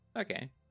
Okay